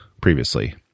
previously